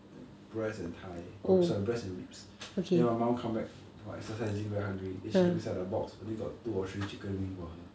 breast and thigh or sorry breast and ribs then my mum come back from exercising very hungry then she look inside the box only got two or three chicken wing for her